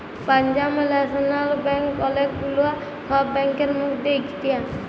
Punjab national bank ওলেক গুলা সব ব্যাংকের মধ্যে ইকটা